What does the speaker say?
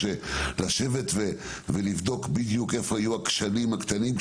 ובודקים בדיוק איפה היו הכשלים הקטנים,